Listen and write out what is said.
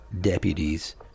deputies